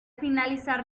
finalizar